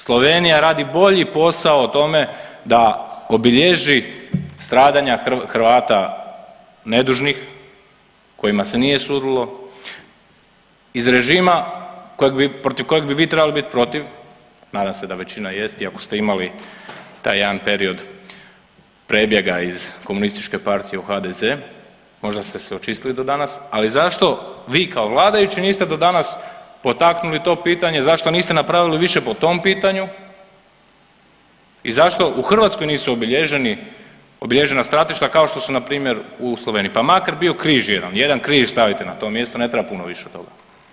Slovenija radi bolji posao o tome da obilježi stradanja Hrvata nedužnih, kojima se nije sudilo iz režima kojeg, protiv kojeg bi vi trebali protiv, nadam se da većina jest iako ste imali taj jedan period prebjega iz komunističke partije u HDZ, možda ste se očistili do danas, ali zašto vi kao vladajući niste do danas potaknuli to pitanje, zašto niste napravili više po tom pitanju i zašto u Hrvatskoj nisu obilježeni, obilježena stratišta kao što su npr. u Sloveniji, pa makar bio križ jedan, jedan križ stavite na to mjesto ne treba puno više od toga.